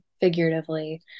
figuratively